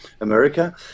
America